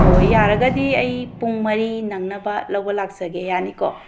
ꯑꯣ ꯌꯥꯔꯒꯗꯤ ꯑꯩ ꯄꯨꯡ ꯃꯔꯤ ꯅꯪꯅꯕ ꯂꯧꯕ ꯂꯥꯛꯆꯒꯦ ꯌꯥꯅꯤꯀꯣ